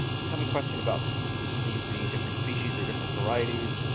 some question about these being different species or different varieties.